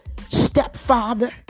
Stepfather